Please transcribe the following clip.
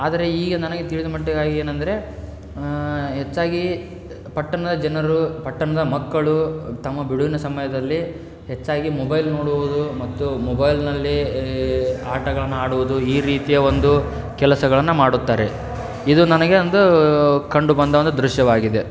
ಆದರೆ ಈಗ ನನಗೆ ತಿಳಿದ ಮಟ್ಟಿಗಾಗಿ ಏನೆಂದರೆ ಹೆಚ್ಚಾಗಿ ಪಟ್ಟಣದ ಜನರು ಪಟ್ಟಣದ ಮಕ್ಕಳು ತಮ್ಮ ಬಿಡುವಿನ ಸಮಯದಲ್ಲಿ ಹೆಚ್ಚಾಗಿ ಮೊಬೈಲ್ ನೋಡುವುದು ಮತ್ತು ಮೊಬೈಲ್ನಲ್ಲಿ ಆಟಗಳನ್ನ ಆಡುವುದು ಈ ರೀತಿಯ ಒಂದು ಕೆಲಸಗಳನ್ನು ಮಾಡುತ್ತಾರೆ ಇದು ನನಗೆ ಒಂದು ಕಂಡು ಬಂದ ಒಂದು ದೃಶ್ಯವಾಗಿದೆ